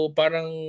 parang